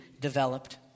developed